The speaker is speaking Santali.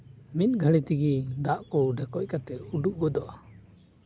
ᱢᱤᱫ ᱜᱷᱟᱹᱲᱤ ᱛᱮᱜᱮ ᱫᱟᱜ ᱠᱚ ᱰᱷᱮᱠᱚᱡ ᱠᱟᱛᱮᱜ ᱚᱰᱚᱜ ᱜᱚᱫᱚᱜᱼᱟ